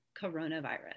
coronavirus